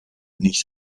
nicht